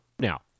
Now